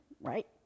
right